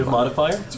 modifier